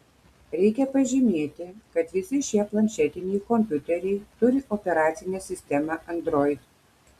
reikia pažymėti kad visi šie planšetiniai kompiuteriai turi operacinę sistemą android